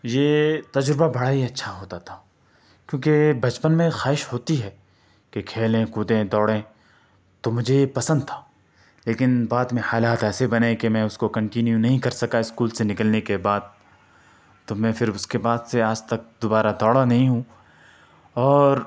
یہ تجربہ بڑا ہی اچھا ہوتا تھا کیونکہ بچپن میں خواہش ہوتی ہے کہ کھیلیں کودیں دوڑیں تو مجھے یہ پسند تھا لیکن بعد میں حالات ایسے بنے کہ میں اس کو کنٹینیو نہیں کر سکا اسکول سے نکلنے کے بعد تو میں پھر اس کے بعد سے آج تک دوبارہ دوڑا نہیں ہوں اور